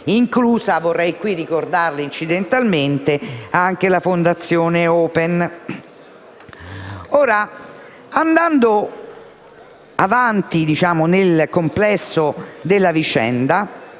vorrei qui ricordarlo incidentalmente - anche la Fondazione Open. Andando avanti nel complesso della vicenda,